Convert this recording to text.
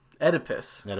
oedipus